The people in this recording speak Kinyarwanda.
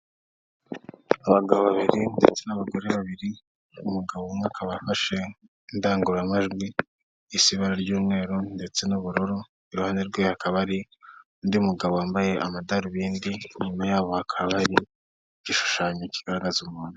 Abagabo babiri n'abagore babiri n'umugabo umwe akaba afashe indangururamajwi isa ibara ry'umweru ndetse n'ubururu, iruhande rwe hakaba hari undi mugabo wambaye amadarubindi, inyuma yaho hakaba hari igishushanyo kigaragaza umuntu.